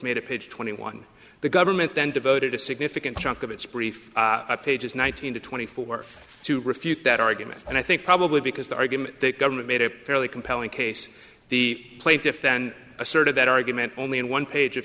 made a page twenty one the government then devoted a significant chunk of its brief pages nineteen to twenty four to refute that argument and i think probably because the argument the government made a fairly compelling case the plaintiff then asserted that argument only on one page of